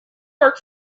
work